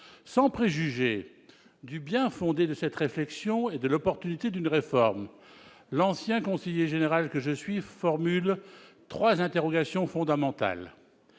Sans préjuger du bien-fondé de cette réflexion et de l'opportunité d'une réforme, l'ancien conseiller général que je suis formule trois interrogations fondamentales